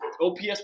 OPS